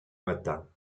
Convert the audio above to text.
matin